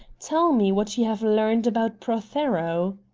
tell me what you have learned about prothero?